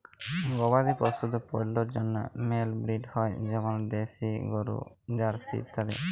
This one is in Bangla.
গবাদি পশুদের পল্যের জন্হে মেলা ব্রিড হ্য় যেমল দেশি গরু, জার্সি ইত্যাদি